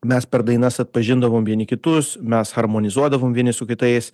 mes per dainas atpažindavom vieni kitus mes harmonizuodavom vieni su kitais